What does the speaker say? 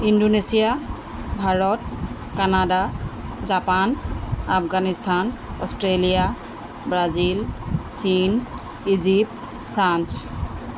Indonesia Bharat Canada Japan Afghanistan Australia Brazil চীন Egypt France